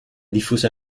diffusa